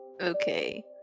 Okay